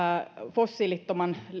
fossiilittomaan